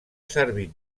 servit